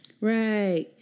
Right